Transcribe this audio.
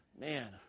man